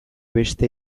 beste